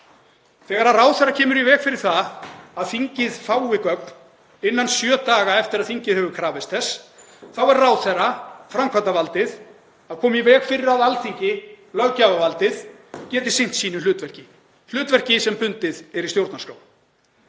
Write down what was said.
Þegar ráðherra kemur í veg fyrir að þingið fái gögn innan sjö daga, eftir að þingið hefur krafist þess, þá er ráðherra, framkvæmdarvaldið, að koma í veg fyrir að Alþingi, löggjafarvaldið, geti sinnt hlutverki sínu, hlutverki sem bundið er í stjórnarskrá.